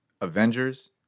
avengers